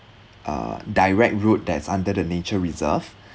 uh direct route that's under the nature reserve